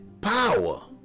power